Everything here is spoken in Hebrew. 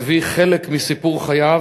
מביא חלק מסיפור חייו,